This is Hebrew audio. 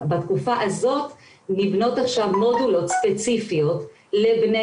בתקופה הזאת נבנות עכשיו מודולות ספציפיות לבני